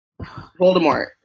Voldemort